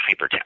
hypertext